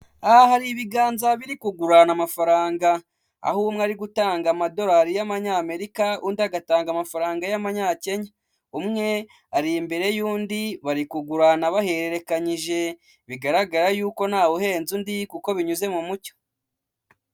Aha hari ibiganza biri kugurana amafaranga aho umwe ari gutanga amadorari y'amanyamerika undi agatanga amafaranga y'amanyakenya, umwe ari imbere y'undi bari kugurana bahererekanyije bigaragara yuko ntawe uhenze undi kuko binyuze mu mucyo.